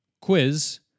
Quiz